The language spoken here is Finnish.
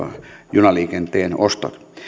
junaliikenteen ostot